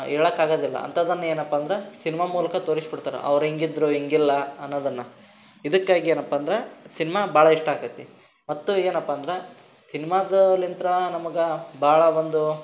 ಹೇಳೋಕ್ಕಾಗದಿಲ್ಲ ಅಂಥದನ್ನೇನಪ್ಪ ಅಂದ್ರೆ ಸಿನ್ಮಾ ಮೂಲಕ ತೋರಿಸಿಬಿಡ್ತಾರ ಅವ್ರು ಹೀಗಿದ್ರು ಹೀಗಿಲ್ಲ ಅನ್ನೋದನ್ನು ಇದಕ್ಕಾಗಿ ಏನಪ್ಪ ಅಂದ್ರೆ ಸಿನ್ಮಾ ಭಾಳ ಇಷ್ಟ ಆಕೈತಿ ಮತ್ತು ಏನಪ್ಪ ಅಂದ್ರೆ ಸಿನ್ಮಾದಲಿಂತ ನಮ್ಗೆ ಭಾಳ ಒಂದು